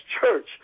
church